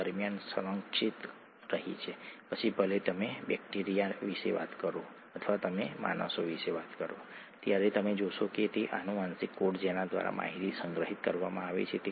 આ એડિનિન છે આ થાઇમાઇન છે બરાબર તમારી પાસે એડેનાઇન અને થાઇમાઇનને અહીં આંશિક રીતે રજૂ કરવામાં આવ્યા છે